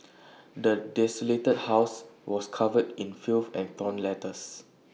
the desolated house was covered in filth and torn letters